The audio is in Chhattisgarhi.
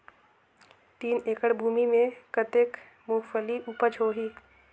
तीन एकड़ भूमि मे कतेक मुंगफली उपज होही?